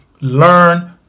learn